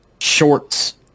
shorts